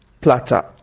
platter